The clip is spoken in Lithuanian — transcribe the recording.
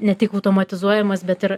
ne tik automatizuojamas bet ir